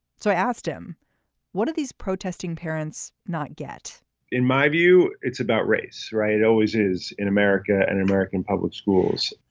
so i asked him what are these protesting parents not get in my view it's about race. it always is in america and american public schools